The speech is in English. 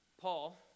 Paul